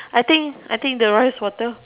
I think I think the rice water